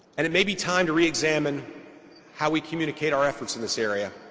and it may be time to re-examine how we communicate our efforts in this area.